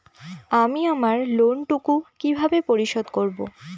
আমি আমার লোন টুকু কিভাবে পরিশোধ করব?